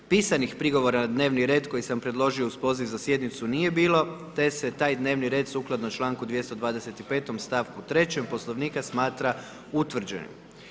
Pisanih prigovora na dnevni red koji sam predložio uz poziv za sjednicu nije bilo, te se taj dnevni red sukladno čl. 225. stavku 3. poslovnika smatra utvrđenim.